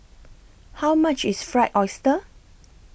How much IS Fried Oyster